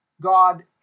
God